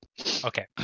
Okay